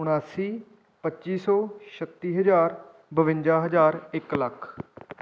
ਉਨਾਸੀ ਪੱਚੀ ਸੌ ਛੱਤੀ ਹਜ਼ਾਰ ਬਵੰਜਾ ਹਜ਼ਾਰ ਇੱਕ ਲੱਖ